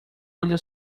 olha